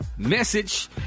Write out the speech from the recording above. Message